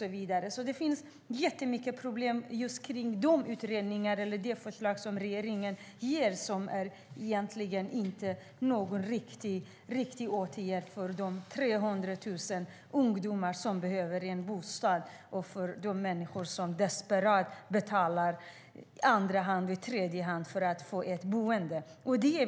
Det finns mycket problem kring de förslag som regeringen har, som egentligen inte är någon riktig åtgärd för de 300 000 ungdomar som behöver en bostad och för de människor som desperat betalar i andra eller tredje hand för att få ett boende.